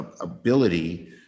ability